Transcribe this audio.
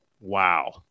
wow